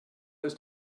ist